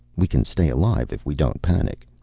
we can stay alive if we don't panic.